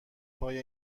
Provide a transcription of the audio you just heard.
پای